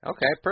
Okay